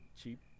cheap